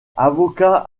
avocat